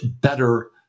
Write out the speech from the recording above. better